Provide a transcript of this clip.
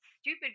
stupid